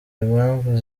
impamvu